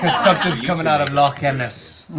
something's coming out of loch anus.